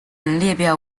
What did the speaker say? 列表